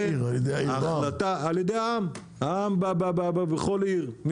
העם בכל עיר,